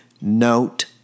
Note